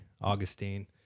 Augustine